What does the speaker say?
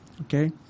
okay